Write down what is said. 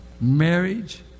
Marriage